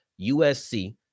USC